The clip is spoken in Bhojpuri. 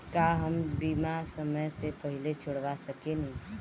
का हम बीमा समय से पहले छोड़वा सकेनी?